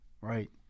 Right